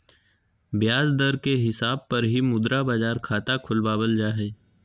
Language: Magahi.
ब्याज दर के हिसाब पर ही मुद्रा बाजार खाता खुलवावल जा हय